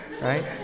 right